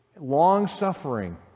long-suffering